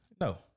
no